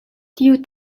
tiu